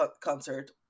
concert